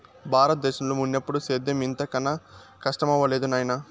బారత దేశంలో మున్నెప్పుడూ సేద్యం ఇంత కనా కస్టమవ్వలేదు నాయనా